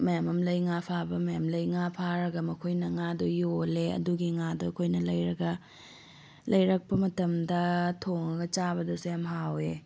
ꯃꯌꯥꯝ ꯑꯃ ꯂꯩ ꯉꯥ ꯐꯥꯕ ꯃꯌꯥꯝ ꯂꯩ ꯉꯥ ꯐꯥꯔꯒ ꯃꯈꯣꯏꯅ ꯉꯥꯗꯣ ꯌꯣꯜꯂꯦ ꯑꯗꯨꯒꯤ ꯉꯥꯗꯣ ꯑꯩꯈꯣꯏꯅ ꯂꯩꯔꯒ ꯂꯩꯔꯛꯄ ꯃꯇꯝꯗ ꯊꯣꯡꯉꯒ ꯆꯥꯕꯗꯁꯨ ꯌꯥꯝ ꯍꯥꯎꯋꯦ